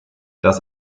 das